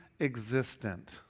existent